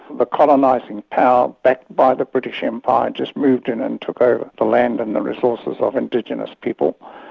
but colonising power, backed by the british empire, just moved in and took over the land and the resources of indigenous people.